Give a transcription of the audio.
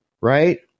right